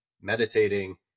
meditating